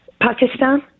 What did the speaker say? Pakistan